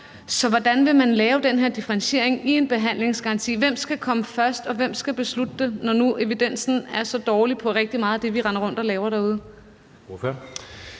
Så hvordan vil man lave den her differentiering i en behandlingsgaranti? Hvem skal komme først, og hvem skal beslutte det, når nu evidensen er så dårlig for rigtig meget af det, vi render rundt og laver derude?